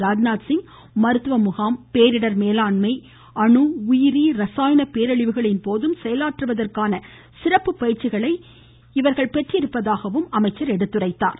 ராஜ்நாத்சிங் மருத்துவ முகாம் பேரிடர் மேலாண்மை அணு உயிரி ரசாயன பேரழிவுகளின்போதும் செயலாற்றுவதற்கான சிறப்பு பயிற்சிகளை பெற்றிருப்பதாக அவர் எடுத்துரைத்தார்